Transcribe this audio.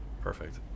Perfect